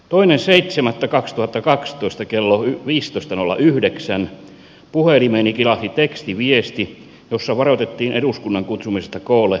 toinen seitsemättä kaksituhattakaksitoista kello viisitoista nolla yhdeksän puhelimeeni kilahti tekstiviesti jossa varoitettiin eduskunnan kutsumisesta koolle